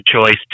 choice